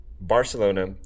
Barcelona